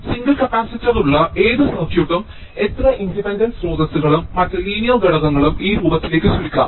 single capacitor ഉള്ള ഏത് സർക്യൂട്ടും എത്ര ഇൻഡിപെൻഡന്റ് സ്രോതസ്സുകളും മറ്റ് ലീനിയർ ഘടകങ്ങളും ഈ രൂപത്തിലേക്ക് ചുരുക്കാം